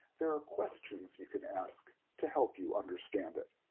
there are questions you can ask to help you understand it.